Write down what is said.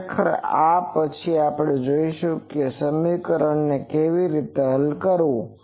ખરેખર આપણે પછી જોશું કે આ સમીકરણને કેવી રીતે હલ કરવું